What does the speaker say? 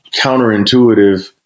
counterintuitive